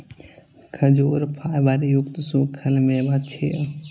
खजूर फाइबर युक्त सूखल मेवा छियै